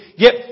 get